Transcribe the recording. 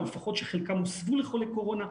או לפחות שחלקם הוסבו לחולי הקורונה,